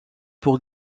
pour